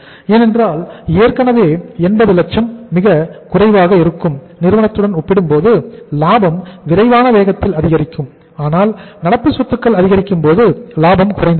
ஏனென்றால் ஏற்கனவே 80 லட்சம் மிகக் குறைவாக இருக்கும் நிறுவனத்துடன் ஒப்பிடும்போது லாபம் விரைவான வேகத்தில் அதிகரிக்கும் ஆனால் நடப்பு சொத்துக்கள் அதிகரிக்கும்போது லாபம் குறைந்துவிடும்